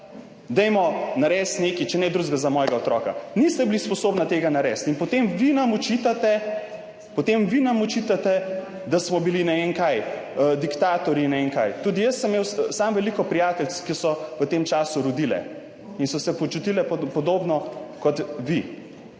dajmo narediti nekaj, če ne drugega, za mojega otroka. Niste bili sposobni tega narediti in potem vi nam očitate, da smo bili diktatorji in ne vem kaj. Tudi jaz sem imel veliko prijateljic, ki so v tem času rodile in so se počutile podobno kot vi,